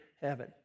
heaven